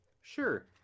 Sure